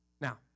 Now